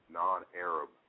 non-Arab